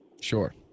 Sure